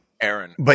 Aaron